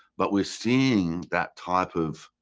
but we're seeing that type of